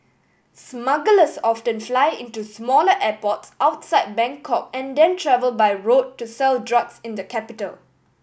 smugglers often fly into smaller airports outside Bangkok and then travel by road to sell drugs in the capital